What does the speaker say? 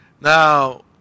Now